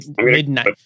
Midnight